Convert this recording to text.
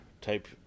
type